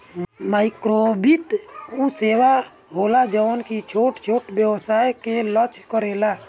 माइक्रोवित्त उ सेवा होला जवन की छोट छोट व्यवसाय के लक्ष्य करेला